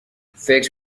فکر